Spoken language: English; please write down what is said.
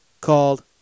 called